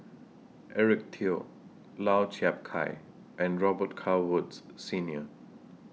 Eric Teo Lau Chiap Khai and Robet Carr Woods Senior